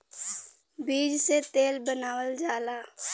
बीज से तेल बनावल जाला